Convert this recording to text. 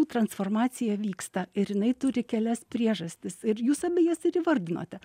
transformacija vyksta ir jinai turi kelias priežastis ir jūs abi jas ir įvardinote